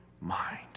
mind